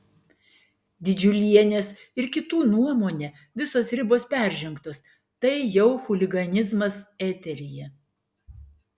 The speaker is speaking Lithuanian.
didžiulienės ir kitų nuomone visos ribos peržengtos tai jau chuliganizmas eteryje